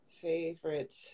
Favorite